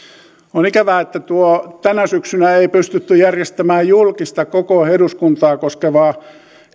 on ikävää että tänä syksynä ei pystytty järjestämään julkista koko eduskuntaa koskevaa